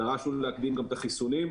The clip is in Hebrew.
דרשנו להקדים גם את החיסונים,